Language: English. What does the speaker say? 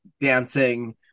dancing